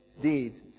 deed